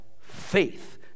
faith